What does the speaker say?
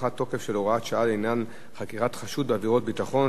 (הארכת תוקף של הוראת השעה לעניין חקירת חשוד בעבירות ביטחון),